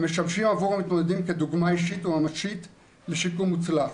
הם משמשים עבור המתמודדים כדוגמה אישית וממשית לשיקום מוצלח.